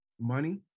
money